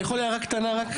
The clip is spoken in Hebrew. אני יכול הערה קטנה רק?